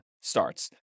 starts